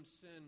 sin